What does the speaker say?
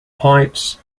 heights